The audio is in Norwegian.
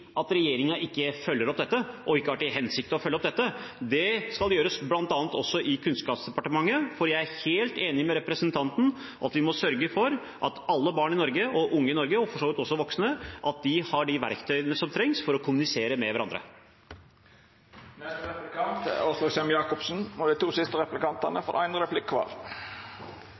at regjeringen ikke følger opp dette, og ikke har til hensikt å følge opp dette. Det skal gjøres bl.a. også i Kunnskapsdepartementet, for jeg er helt enig med representanten i at vi må sørge for at alle barn og unge i Norge, og for så vidt også voksne, har de verktøyene som trengs for å kommunisere med hverandre.